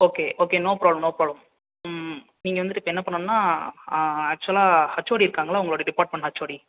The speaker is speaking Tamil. okay okay no problem no problem ம் நீங்கள் வந்துவிட்டு இப்போ என்ன பண்ணணுன்னா ஆக்சுவலாக எச்ஓடி இருக்காங்கல்ல உங்கள் டிபார்ட்மெண்ட் எச்ஓடி